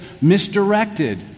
misdirected